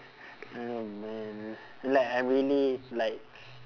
oh man like I'm really like